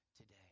today